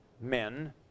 men